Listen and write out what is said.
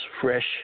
fresh